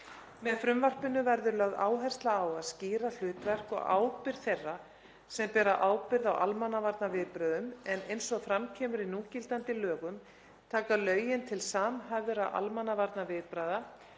Með frumvarpinu verður lögð áhersla á að skýra hlutverk og ábyrgð þeirra sem bera ábyrgð á almannavarnaviðbrögðum en eins og fram kemur í núgildandi lögum taka lögin til samhæfðra almannavarnaviðbragða